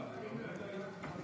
גברתי היושבת-ראש,